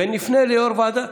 ונפנה ליו"ר הוועדה,